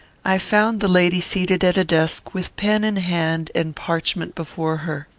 i found the lady seated at a desk, with pen in hand and parchment before her.